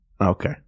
Okay